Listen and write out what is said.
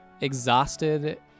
exhausted